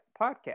podcast